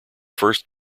first